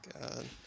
God